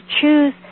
choose